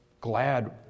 glad